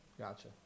Gotcha